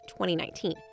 2019